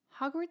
Hogwarts